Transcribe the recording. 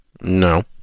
No